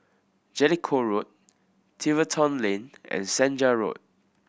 Jellicoe Road Tiverton Lane and Senja Road